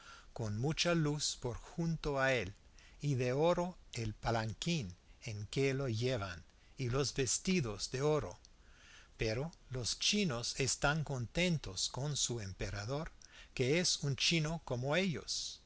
con mucha luz por junto a él y de oro el palanquín en que lo llevan y los vestidos de oro pero los chinos están contentos con su emperador que es un chino como ellos